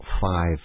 five